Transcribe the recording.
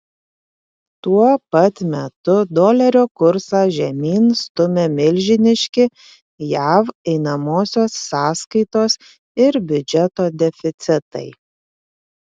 tuo pat metu dolerio kursą žemyn stumia milžiniški jav einamosios sąskaitos ir biudžeto deficitai